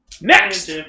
Next